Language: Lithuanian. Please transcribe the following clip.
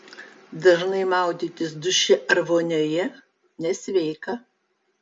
dažnai maudytis duše ar vonioje nesveika